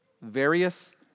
various